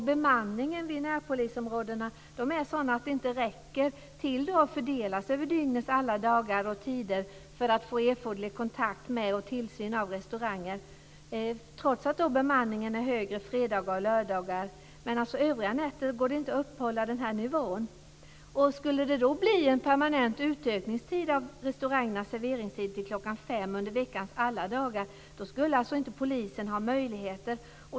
Bemanningen vid närpolisområdena är sådan att den inte räcker till för att fördelas över dygnets alla tider och för att få erforderlig kontakt med och tillsyn av restauranger, trots att bemanningen är högre fredagar och lördagar. Övriga nätter går det inte att upprätthålla den nivån. Skulle det då bli en permanent utökning av restaurangernas serveringstid till kl. 5 under veckans alla dagar skulle polisen inte ha möjligheter.